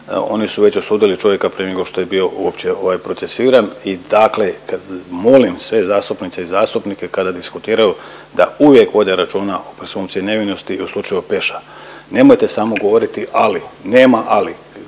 oni su već osudili čovjeka prije nego što je bio uopće procesuiran. I dakle, molim sve zastupnice i zastupnike kada diskutiraju da uvijek vode računa o presumpciji nevinosti i o slučaju Peša. Nemojte samo govorili ali, nema ali,